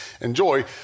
enjoy